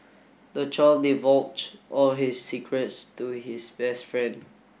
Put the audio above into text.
the child divulged all his secrets to his best friend